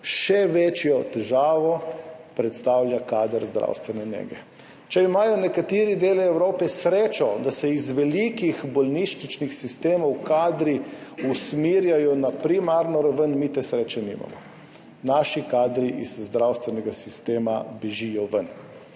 Še večjo težavo predstavlja kader zdravstvene nege. Če imajo nekateri deli Evrope srečo, da se iz velikih bolnišničnih sistemov kadri usmerjajo na primarno raven, mi te sreče nimamo. Naši kadri iz zdravstvenega sistema bežijo ven,